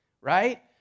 right